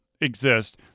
exist